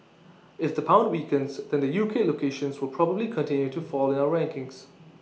if the pound weakens then the U K locations will probably continue to fall in our rankings